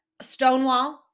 stonewall